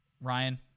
Ryan